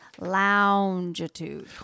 longitude